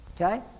okay